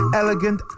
elegant